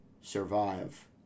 Survive